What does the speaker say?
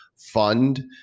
fund